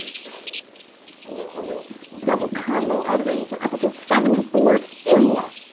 start it. a little ah little double combo editing for episode seventy four! india!